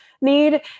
need